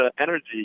energy